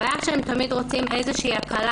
הבעיה היא שהם תמיד רוצים איזו הקלה